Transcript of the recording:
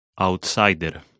Outsider